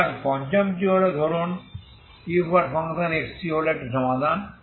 সুতরাং পঞ্চমটি হল ধরুন uxt হল একটি সমাধান